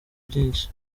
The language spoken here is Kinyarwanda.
byinshi